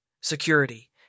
security